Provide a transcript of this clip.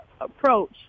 approach